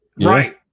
right